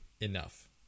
enough